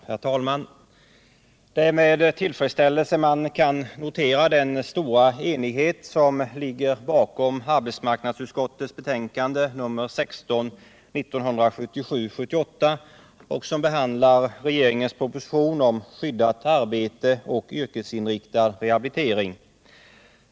Herr talman! Det är med tillfredsställelse man kan notera den stora enighet som ligger bakom arbetsmarknadsutskottets betänkande 1977/78:16 beträffande regeringens proposition om skyddat arbete och yrkesinriktad rehabilitering.